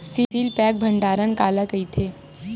Seal pack भंडारण काला कइथे?